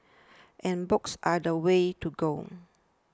and books are the way to go